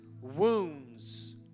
wounds